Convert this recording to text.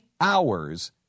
hours